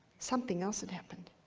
something else had happened,